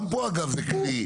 גם פה זה כלי,